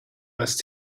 must